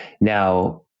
now